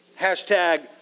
Hashtag